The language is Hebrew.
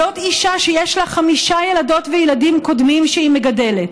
זאת אישה שיש לה חמישה ילדות וילדים קודמים שהיא מגדלת,